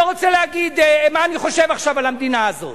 לא רוצה להגיד מה אני חושב עכשיו על המדינה הזאת,